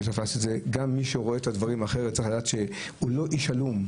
גם מי שרואה את הדברים אחרת צריך לדעת שהוא לא איש עלום.